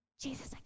Jesus